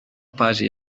paji